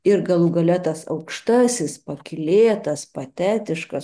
ir galų gale tas aukštasis pakylėtas patetiškas